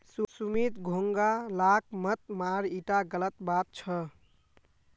सुमित घोंघा लाक मत मार ईटा गलत बात छ